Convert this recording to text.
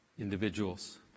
individuals